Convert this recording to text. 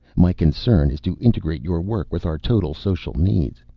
my concern is to integrate your work with our total social needs.